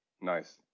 Nice